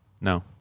No